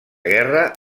guerra